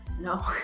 No